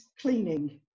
cleaning